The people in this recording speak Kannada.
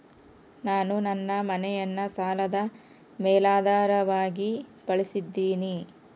ನಾನು ನನ್ನ ಮನೆಯನ್ನ ಸಾಲದ ಮೇಲಾಧಾರವಾಗಿ ಬಳಸಿದ್ದಿನಿ